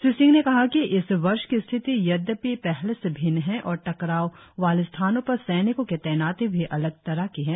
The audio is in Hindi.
श्री सिंह ने कहा कि इस वर्ष की स्थिति यद्यपि पहले से भिन्न है और टकराव वाले स्थानों पर सैनिकों की तैनाती भी अलग तरह की है